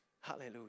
hallelujah